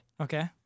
Okay